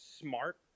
smart